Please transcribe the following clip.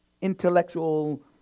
intellectual